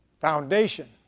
foundation